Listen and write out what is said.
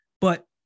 but-